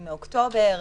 היא מאוקטובר,